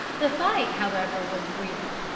the fight, however, was brief.